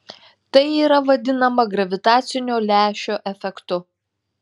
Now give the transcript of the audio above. tai yra vadinama gravitacinio lęšio efektu